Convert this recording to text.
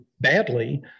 badly